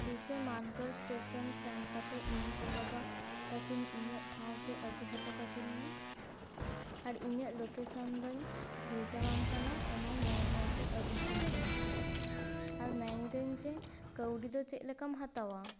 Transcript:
ᱫᱩᱥᱮ ᱢᱟᱱᱠᱚᱨ ᱥᱴᱮᱥᱚᱱ ᱥᱮᱱ ᱠᱟᱛᱮᱫ ᱤᱧ ᱜᱚᱼᱵᱟᱵᱟ ᱛᱟᱹᱠᱤᱱ ᱤᱧᱟᱹᱜ ᱴᱷᱟᱶ ᱛᱮ ᱟᱹᱜᱩ ᱦᱚᱴᱚ ᱠᱟᱹᱠᱤᱱ ᱢᱮ ᱟᱨ ᱤᱧᱟᱹᱜ ᱞᱳᱠᱮᱥᱚᱱ ᱫᱚᱧ ᱵᱷᱮᱡᱟᱣᱟᱢ ᱠᱟᱱᱟ ᱚᱱᱟ ᱧᱮᱞᱼᱧᱮᱞ ᱛᱮ ᱟᱹᱜᱩ ᱠᱤᱱ ᱢᱮ ᱟᱨ ᱢᱮᱱ ᱤᱫᱟᱹᱧ ᱡᱮ ᱠᱟᱹᱭᱰᱤ ᱫᱚ ᱪᱮᱫ ᱞᱮᱠᱟᱢ ᱦᱟᱛᱟᱣᱟ